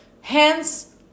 Hence